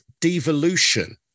Devolution